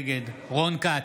נגד רון כץ,